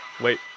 Wait